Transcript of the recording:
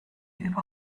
über